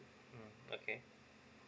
okay